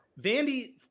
Vandy –